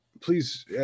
please